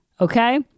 okay